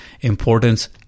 importance